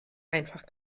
einfach